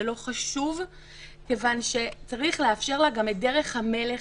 זה לא חשוב כיוון שצריך לאפשר לה גם את דרך המלך,